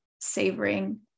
savoring